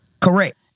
Correct